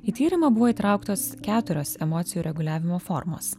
į tyrimą buvo įtrauktos keturios emocijų reguliavimo formos